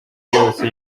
yose